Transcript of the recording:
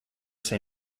say